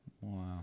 Wow